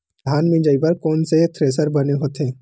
धान मिंजई बर कोन से थ्रेसर बने होथे?